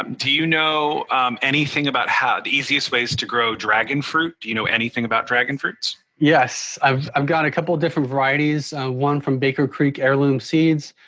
um do you know anything about how the easiest ways to grow dragon fruit? do you know anything about dragon fruits? yes, i've um got a couple of different varieties, one from baker creek heirloom seeds.